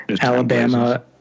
alabama